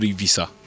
visa